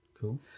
Cool